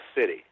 City